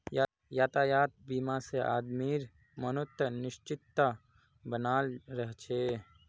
यातायात बीमा से आदमीर मनोत् निश्चिंतता बनाल रह छे